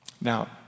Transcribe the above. Now